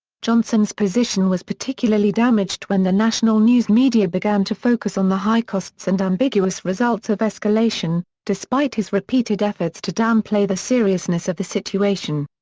johnson's position was particularly damaged when the national news media began to focus on the high costs and ambiguous results of escalation, despite his repeated efforts to downplay the seriousness of the situation.